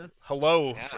Hello